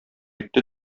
итте